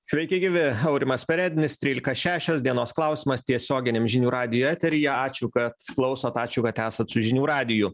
sveiki gyvi aurimas perednis trylika šešios dienos klausimas tiesioginiam žinių radijo eteryje ačiū kad klausot ačiū kad esat su žinių radiju